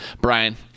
Brian